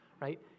right